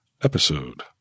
episode